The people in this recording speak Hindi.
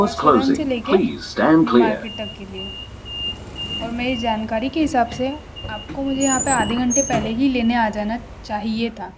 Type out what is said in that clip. हर्षवधन से लेके न्यू मार्केट तक के लिए और मेरी जानकारी के हिसाब से आपको मुझे यहाँ पे आधे घण्टे पहले ही लेने आ जाना चाहिए था